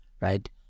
right